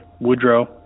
Woodrow